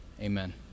Amen